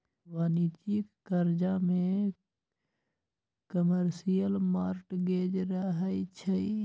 वाणिज्यिक करजा में कमर्शियल मॉर्टगेज रहै छइ